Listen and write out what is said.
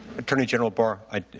attorney general barr,